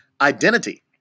identity